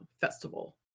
festival